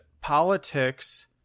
politics